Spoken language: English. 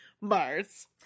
Mars